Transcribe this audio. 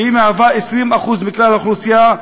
שהיא 20% מכלל האוכלוסייה,